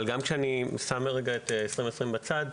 אבל גם כשאני שם רגע את 2020 בצד,